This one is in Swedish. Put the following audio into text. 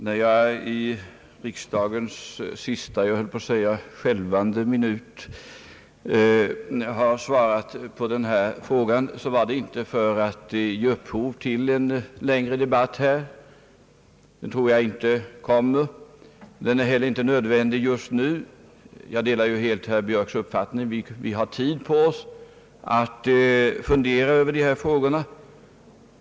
Herr talman! När jag i riksdagens sista, jag höll på att säga, skälvande minut har svarat på den här interpellationen har det inte varit för att ge upphov till en längre debatt; jag tror inte det blir någon sådan, och den är inte heller nödvändig just nu. Jag delar nämligen helt herr Björks uppfattning att vi har tid på oss att fundera över dessa frågor.